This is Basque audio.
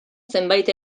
zenbait